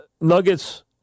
Nuggets